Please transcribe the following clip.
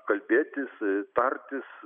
kalbėtis tartis